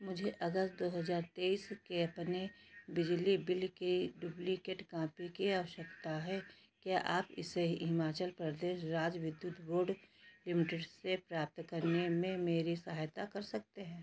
मुझे अगस दो हज़ार तेईस के अपने बिजली बिल की डुब्लिकेट कांपी की अवश्यकता है क्या आप इसे हिमाचल प्रदेश राज्य विद्युत बोर्ड लिमटेड से प्राप्त करने में मेरी सहायता कर सकते हैं